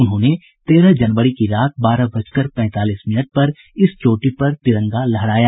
उन्होंने तेरह जनवरी की रात बारह बजकर पैंतालीस मिनट पर इस चोटी पर तिरंगा लहराया